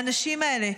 האנשים האלה,